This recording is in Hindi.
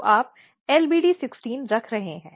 तो आप LBD 16 रख रहे हैं